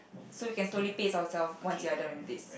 so we can slowly pace ourselves once we are done with this